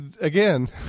again